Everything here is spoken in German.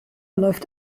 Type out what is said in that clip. läuft